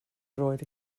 droed